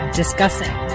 discussing